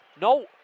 No